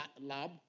lab